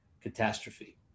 catastrophe